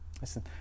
Listen